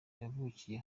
yavukiye